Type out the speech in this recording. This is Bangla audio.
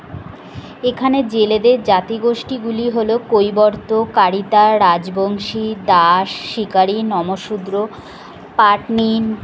এখানে জেলেদের জাতি গোষ্ঠীগুলি হলো কৈবর্ত কারিতা রাজবংশী দাস শিকারী নমঃশূদ্র পাটনীন